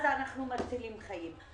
אז אנחנו מצילים חיים.